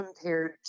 compared